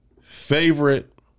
favorite